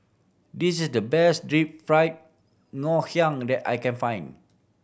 this is the best Deep Fried Ngoh Hiang that I can find